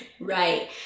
Right